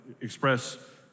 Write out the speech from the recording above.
express